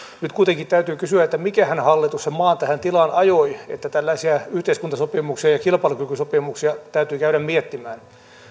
nyt kuitenkin täytyy kysyä mikähän hallitus maan tähän tilaan ajoi että tällaisia yhteiskuntasopimuksia ja kilpailukykysopimuksia täytyy käydä miettimään